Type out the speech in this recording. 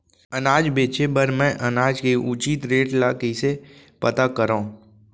अनाज बेचे बर मैं अनाज के उचित रेट ल कइसे पता करो?